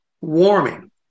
warming